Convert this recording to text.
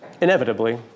Inevitably